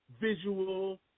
visual